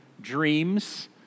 dreams